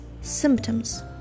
symptoms